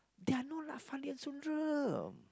they are not like Fandi and Sundram